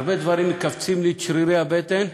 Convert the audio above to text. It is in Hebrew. הרבה דברים מכווצים לי את שרירי הבטן,